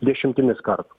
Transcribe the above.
dešimtimis kartų